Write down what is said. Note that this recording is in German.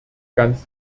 ganz